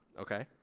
Okay